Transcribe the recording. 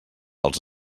els